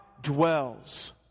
dwells